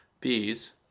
bees